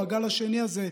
בגל השני הזה,